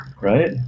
Right